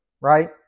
right